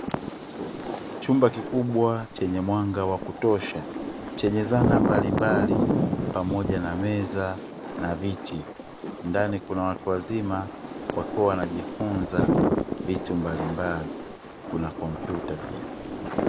Chumba kikubwa chenye mwanga wa kutosha chenye zana mbalimbali pamoja na meza na viti, ndani kuna watu wazima wakiwa wanajifunza vitu mbalimbali kuna kompyuta pia.